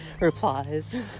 replies